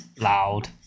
Loud